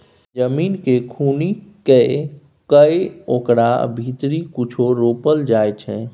जमीन केँ खुनि कए कय ओकरा भीतरी कुछो रोपल जाइ छै